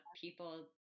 people